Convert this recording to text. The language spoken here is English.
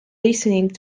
listening